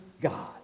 God